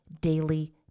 daily